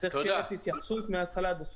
צריך שתהיה התייחסות מההתחלה ועד הסוף.